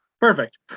Perfect